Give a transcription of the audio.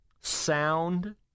sound